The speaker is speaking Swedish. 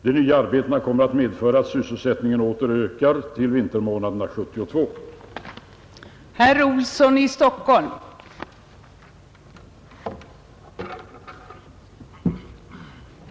De nya arbetena kommer att medföra att sysselsättningen åter ökar till vintermånaderna 1972.